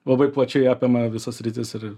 labai plačiai apima visas sritis ir